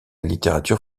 littérature